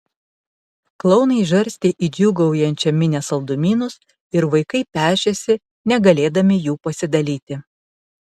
klounai žarstė į džiūgaujančią minią saldumynus ir vaikai pešėsi negalėdami jų pasidalyti